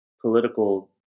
political